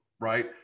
right